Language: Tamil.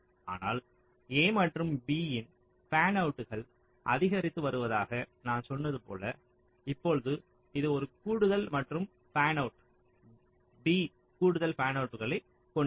ஆனால் a மற்றும் b இன் ஃபேன்அவுட்கள் அதிகரித்து வருவதாக நான் சொன்னது போல இப்போது இது ஒரு கூடுதல் மற்றும் ஃபேன்அவுட் b கூடுதல் ஃபேன்அவுட்ககளைக் கொண்டிருக்கும்